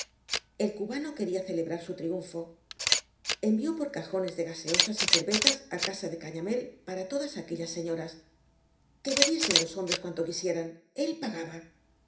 el cubano quería celebrar bu triunfo envió por cajones de gaseosas y cervezas á casa de cañamél para todas aquellas señoras que bebiesen los hombres cuanto quísíerae él pagabal en